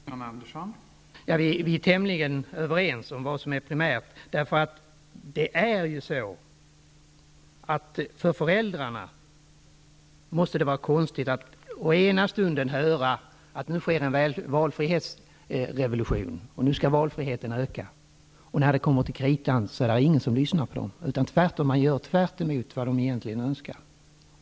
Fru talman! Vi är tämligen överens om vad som är det primära. Men för föräldrarna måste det vara konstigt att i den ena stunden få höra att det sker en valfrihetsrevolution och att valfriheten skall öka, för att sedan upptäcka att det, när det kommer till kritan, inte är någon som lyssnar på dem. Man gör i stället tvärtemot vad föräldrarna önskar.